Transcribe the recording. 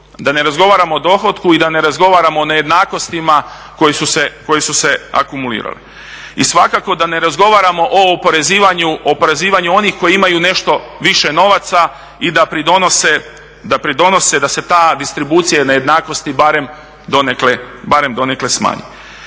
da ne razgovaramo o dohotku i da ne razgovaramo o nejednakostima koje su se akumulirale i svakako da ne razgovaramo o oporezivanju onih koji imaju nešto više novaca i da pridonose da se ta distribucija nejednakosti barem donekle smanji.